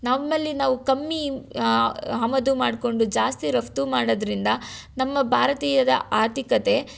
ನಮ್ಮಲ್ಲಿ ನಾವು ಕಮ್ಮಿ ಆಮದು ಮಾಡಿಕೊಂಡು ಜಾಸ್ತಿ ರಫ್ತು ಮಾಡೋದರಿಂದ ನಮ್ಮ ಭಾರತೀಯದ ಆರ್ಥಿಕತೆ